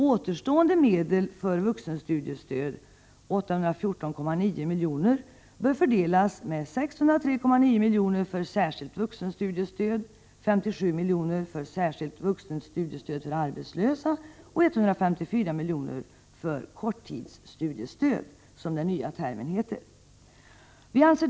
Återstående medel för vuxenstudiestöd, 814,9 milj.kr., bör fördelas med 603,9 milj.kr. för särskilt vuxenstudiestöd, 57 milj.kr. för särskilt vuxenstudiestöd för arbetslösa och 154 milj.kr. för korttidsstudiestöd, som är den nya termen.